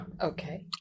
okay